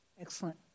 excellent